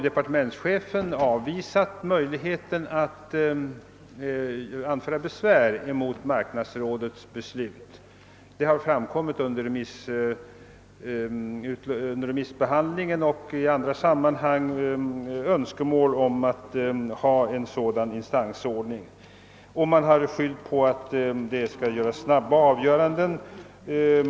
Departementschefen har nu avvisat möjligheten att anföra besvär mot marknadsrådets beslut. Under remissbehandlingen och i andra sammanhang har önskemål framförts om en sådan instansordning. Man har skyllt på att det skall fattas snabba avgöranden.